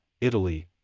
Italy